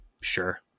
sure